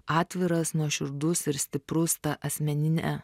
atviras nuoširdus ir stiprus ta asmenine